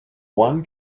one